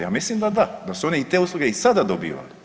Ja mislim da da, da su oni i te usluge i sada dobivali.